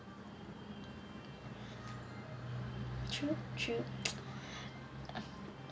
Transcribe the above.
true true